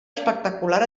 espectacular